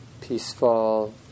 peaceful